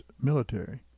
military